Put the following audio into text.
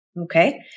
okay